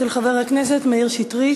של חבר הכנסת מאיר שטרית,